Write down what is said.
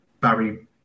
Barry